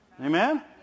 Amen